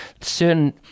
certain